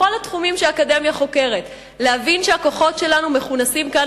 בכל התחומים שהאקדמיה חוקרת; להבין שהכוחות שלנו מכונסים כאן,